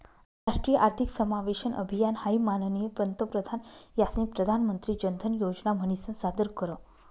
राष्ट्रीय आर्थिक समावेशन अभियान हाई माननीय पंतप्रधान यास्नी प्रधानमंत्री जनधन योजना म्हनीसन सादर कर